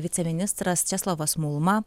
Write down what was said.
ministras viceministras česlovas mulma